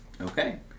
Okay